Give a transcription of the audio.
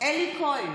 אלי כהן,